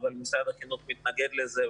אבל משרד החינוך מתנגד לזה,